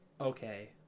okay